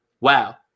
Wow